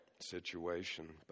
situation